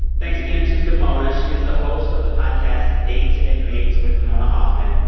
thanks again to damona. she is the host of the podcast dates and mates with damona hoffman.